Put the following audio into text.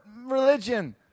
religion